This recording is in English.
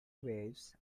waves